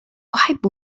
أحب